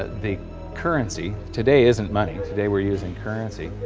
the currency today isn't money today we're using currency.